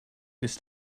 this